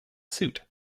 suit